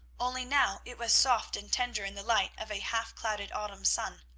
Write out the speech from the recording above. only now it was soft and tender in the light of a half-clouded autumn sun.